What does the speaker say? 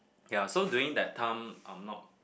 ya so during that time I'm not